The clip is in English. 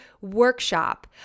workshop